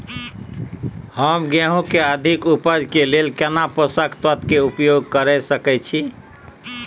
हम गेहूं के अधिक उपज के लेल केना पोषक तत्व के उपयोग करय सकेत छी?